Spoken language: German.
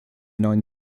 neuen